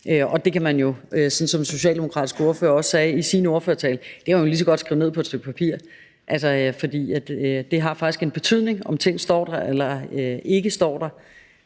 Og det kan man jo, sådan som den socialdemokratiske ordfører også sagde i sin ordførertale, lige så godt skrive ned på et stykke papir, for det har faktisk en betydning, om ting står der eller ikke står der.